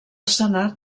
senat